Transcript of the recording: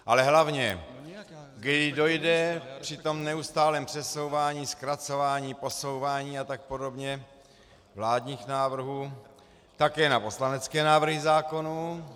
Ale hlavně kdy dojde při tom neustálém přesouvání, zkracování, posouvání a tak podobně vládních návrhů také na poslanecké návrhy zákonů.